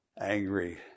angry